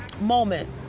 moment